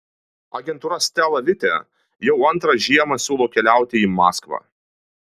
agentūra stela vite jau antrą žiemą siūlo keliauti į maskvą